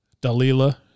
Dalila